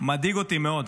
מדאיג אותי מאוד.